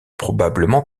probablement